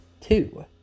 two